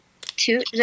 two